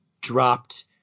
dropped